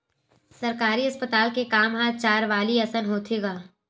सरकारी अस्पताल के काम ह चारवाली असन होथे गा